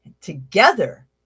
together